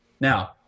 Now